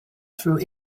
through